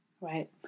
right